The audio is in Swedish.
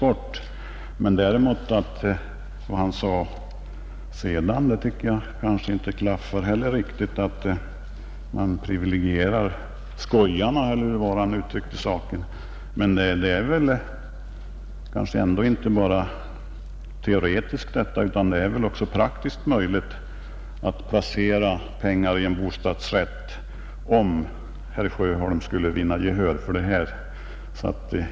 Det han därefter sade tycker jag inte heller klaffar riktigt, dvs. att man privilegierar skojarna eller hur han nu uttryckte saken. Men det är väl inte bara teoretiskt utan även praktiskt möjligt att placera pengar i en bostadsrätt om herr Sjöholm skulle vinna gehör för sitt förslag.